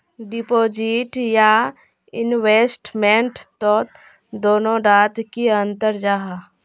Deposit या investment तोत दोनों डात की अंतर जाहा?